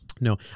No